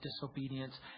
disobedience